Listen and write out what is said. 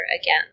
again